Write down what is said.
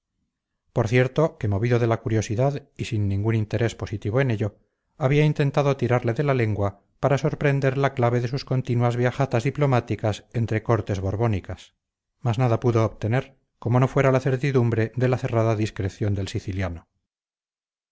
por cierto que movido de la curiosidad y sin ningún interés positivo en ello había intentado tirarle de la lengua para sorprender la clave de sus continuas viajatas diplomáticas entre cortes borbónicas mas nada pudo obtener como no fuera la certidumbre de la cerrada discreción del siciliano